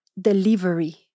delivery